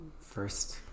first